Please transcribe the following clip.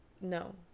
no